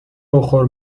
بخور